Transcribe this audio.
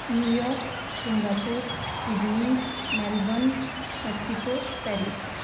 new York Singapore Sydney Melbourne Mexico Paris